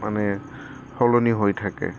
মানে সলনি হৈ থাকে